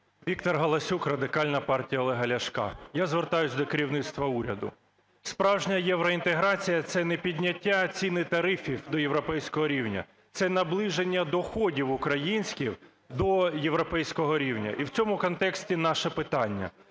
Віктор Галасюк, Радикальна партія Олега Ляшка. Я звертаюсь до керівництва уряду. Справжня євроінтеграція – це не підняття цін і тарифів до європейського рівня. Це наближення доходів українців до європейського рівня. І в цьому контексті наше питання.